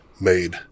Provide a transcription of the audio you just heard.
made